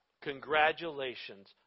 congratulations